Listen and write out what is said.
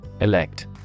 Elect